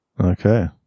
Okay